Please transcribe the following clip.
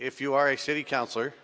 if you are a city councillor